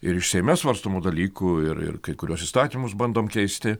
ir iš seime svarstomų dalykų ir ir kai kuriuos įstatymus bandom keisti